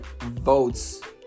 votes